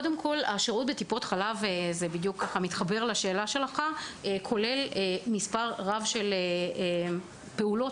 השירות בטיפות החלב כולל מספר רב של פעולות